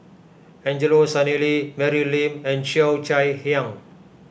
Angelo Sanelli Mary Lim and Cheo Chai Hiang